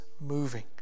moving